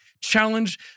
challenge